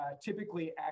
typically